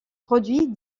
produits